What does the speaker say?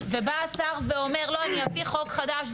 ובא השר ואומר: לא אני אביא חוק חדש.